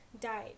died